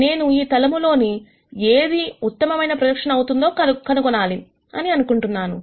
నేను ఈ తలము లోనికి ఏది ఉత్తమ ప్రొజెక్షన్ అవుతుందో కనుగొనాలి అని అనుకుంటున్నాను